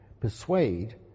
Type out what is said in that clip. persuade